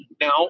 Now